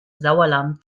sauerland